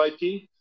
IP